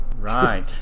right